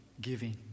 giving